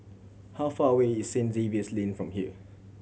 how far away is Saint Xavier's Lane from here